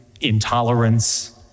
intolerance